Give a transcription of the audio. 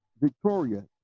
Victoria